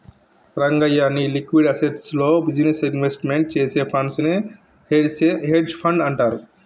రంగయ్య, నీ liquid assets లో business investment చేసే ఫండ్స్ నే చేసే హెడ్జె ఫండ్ అంటారు